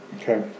Okay